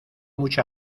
mucha